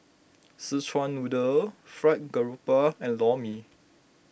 Szechuan Noodle Fried Garoupa and Lor Mee